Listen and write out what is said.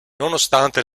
nonostante